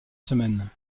semaine